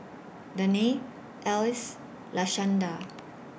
Danae Alys Lashanda